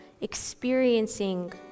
experiencing